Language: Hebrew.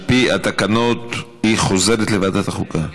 על פי התקנון היא חוזרת לוועדת החוקה.